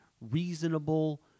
reasonable